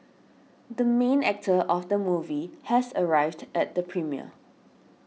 the main actor of the movie has arrived at the premiere